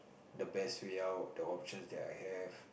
the best way out the options that I have